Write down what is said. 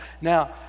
now